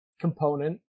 component